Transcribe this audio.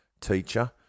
teacher